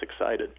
excited